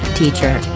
teacher